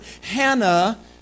Hannah